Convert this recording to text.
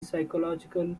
psychological